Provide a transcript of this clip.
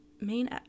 main